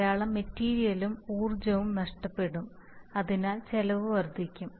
ധാരാളം മെറ്റീരിയലും ഊർജ്ജവും നഷ്ടപ്പെടും അതിനാൽ ചെലവ് വർദ്ധിക്കും